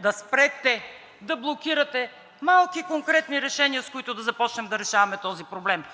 да спрете да блокирате малки конкретни решения, с които да започнем да решаваме този проблем,